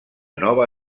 nova